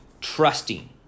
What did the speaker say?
trusting